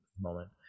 moment